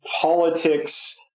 politics